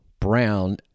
Brown